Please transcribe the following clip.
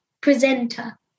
presenter